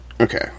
Okay